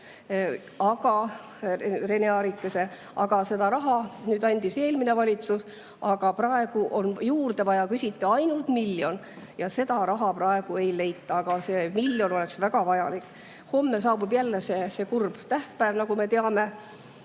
seda raha andis eelmine valitsus, aga praegu on juurde vaja, küsiti ainult miljonit, aga seda raha praegu ei leita. See miljon oleks väga vajalik. Homme saabub jälle see kurb tähtpäev, nagu me teame,